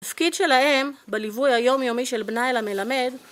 תפקיד שלהם בליווי היומיומי של בניילה מלמד